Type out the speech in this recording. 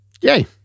Yay